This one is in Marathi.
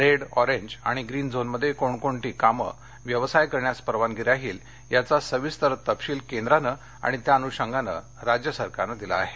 रेड ऑरेंज आणि ग्रीन झोनमध्ये कोणकोणती कामे व्यवसाय करण्यास परवानगी राहील याचा सविस्तर तपशील केंद्राने आणि त्या अन्शंगाने राज्य सरकारन दिलेला आहे